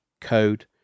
code